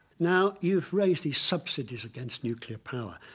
now you've raised the subsidies against nuclear power,